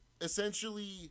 essentially